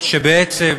שבעצם